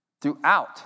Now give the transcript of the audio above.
Throughout